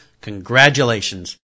congratulations